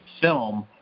film